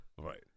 Right